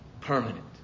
permanent